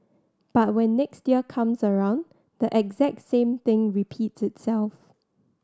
but when next year comes around the exact same thing repeats itself